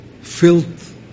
filth